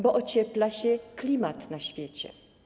Bo ociepla się klimat na świecie.